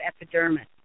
epidermis